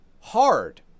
Hard